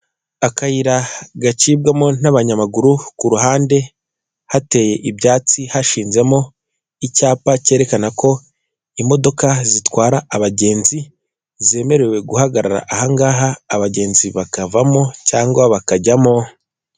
Akayira gacibwamo n'abanyamaguru ku ruhande hateye ibyatsi hashinzemo icyapa kerekana ko imodoka zitwara abagenzi zemerewe guhagarara ahangaha abagenzi bakavamo cyangwa bakajyamo.